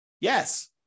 Yes